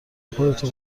خودتو